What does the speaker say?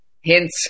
hints